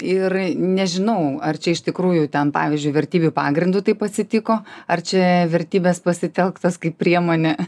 ir nežinau ar čia iš tikrųjų ten pavyzdžiui vertybių pagrindu taip atsitiko ar čia vertybės pasitelktos kaip priemonė